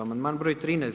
Amandman broj 13.